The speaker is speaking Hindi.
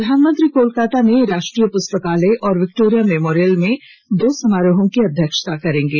प्रधानमंत्री कोलकाता में राष्ट्रीय पुस्तकालय और विक्टोरिया मेमोरियल में दो समारोहों की अध्यक्षता करेंगे